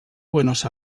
buenos